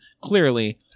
Clearly